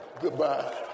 goodbye